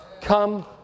Come